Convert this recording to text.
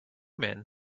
men